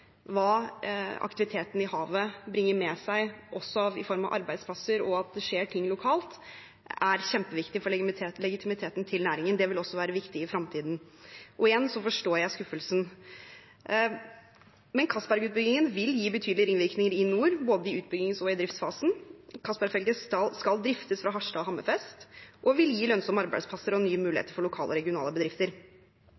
hva aktiviteten i havet bringer med seg også i form av arbeidsplasser, og at det skjer ting lokalt, er kjempeviktig for næringens legitimitet. Det vil også være viktig i fremtiden. Igjen: Jeg forstår skuffelsen. Men Johan Castberg-utbyggingen vil gi betydelige ringvirkninger i nord, i både utbyggingsfasen og driftsfasen. Castberg-feltet skal driftes fra Harstad og Hammerfest og vil gi lønnsomme arbeidsplasser og nye